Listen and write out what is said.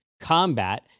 combat